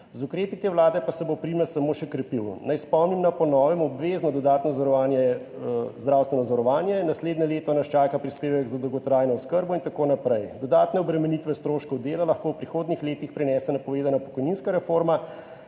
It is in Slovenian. Z ukrepi te vlade pa se bo primež samo še krepil. Naj spomnim na po novem obvezno dodatno zdravstveno zavarovanje, naslednje leto nas čaka prispevek za dolgotrajno oskrbo in tako naprej. Dodatne obremenitve stroškov dela lahko v prihodnjih letih prinese napovedana pokojninska reforma,